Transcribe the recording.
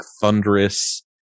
thunderous